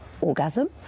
orgasm